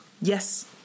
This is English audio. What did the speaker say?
Yes